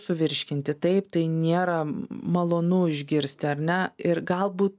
suvirškinti taip tai nėra malonu išgirsti ar ne ir galbūt